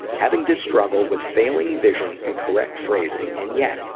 having to struggle with failing vision and correct phrasing, and yet,